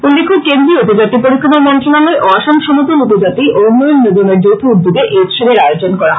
উল্লেখ্য কেন্দ্রীয় উপজাতি পরিক্রমা মন্ত্রনালয় ও আসাম সমতল উপজাতি ও উন্নয়ন নিগমের যৌথ উদ্যোগে এই উৎসবের আয়োজন করা হয়